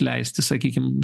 leisti sakykim